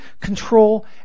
control